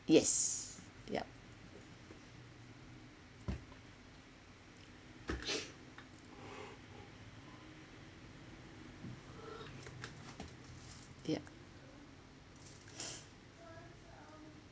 yes yup yup